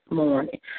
morning